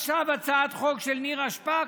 עכשיו הצעת חוק של נירה שפק,